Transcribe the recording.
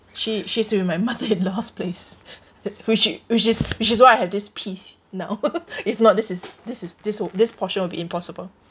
she she's with my mother-in-law's place which which is which is why I have this piece now if not this is this is this this portion will be impossible